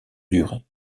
durée